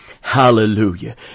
Hallelujah